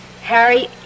Harry